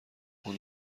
اون